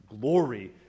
Glory